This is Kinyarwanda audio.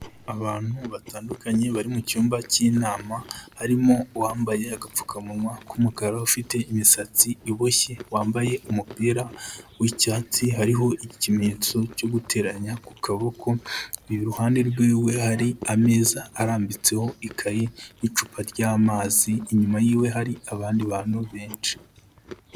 Abantu batandukanye bari mu cyumba cy'inama, harimo uwambaye agapfukamunwa k'umukara ufite imisatsi iboshye, wambaye umupira w'icyatsi hariho ikimenyetso cyo guteranya ku kaboko, iruhande rwiwe hari ameza arambitseho ikaye n'icupa ry'amazi, inyuma yiwe hari abandi bantu benshi.